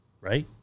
right